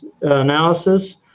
analysis